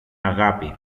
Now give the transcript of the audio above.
αγάπη